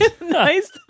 Nice